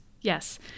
yes